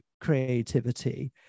creativity